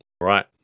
Right